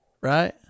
Right